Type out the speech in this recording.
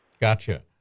Gotcha